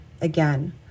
again